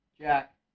Jack